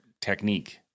technique